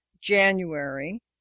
January